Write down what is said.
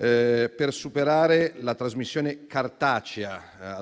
a superare la trasmissione cartacea